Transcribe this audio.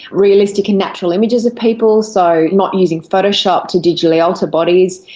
realistic and natural images of people, so not using photoshop to digitally alter bodies,